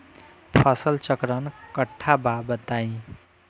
फसल चक्रण कट्ठा बा बताई?